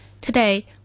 Today